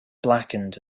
blackened